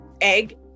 egg